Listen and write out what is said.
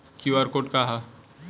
QR code का ह?